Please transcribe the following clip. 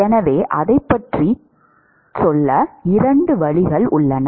எனவே அதைப் பற்றி செல்ல இரண்டு வழிகள் உள்ளன